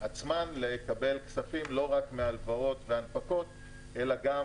עצמן לקבל כספים לא רק מהלוואות ומהנפקות, אלא גם